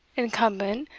incumbent,